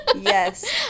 Yes